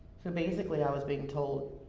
so basically, i was being told,